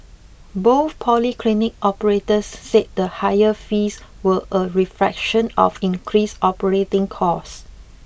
both polyclinic operators said the higher fees were a reflection of increased operating costs